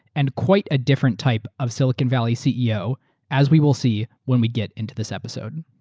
and quite a different type of silicon valley ceo as we will see when we get into this episode.